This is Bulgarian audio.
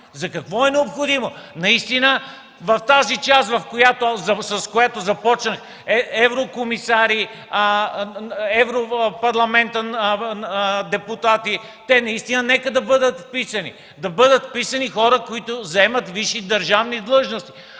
За какво е необходимо? Наистина в тази част, с която започнах – еврокомисари, в Европарламента депутати, те наистина нека да бъдат вписани. Да бъдат вписани хора, които заемат висши държавни длъжности,